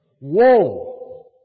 whoa